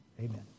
Amen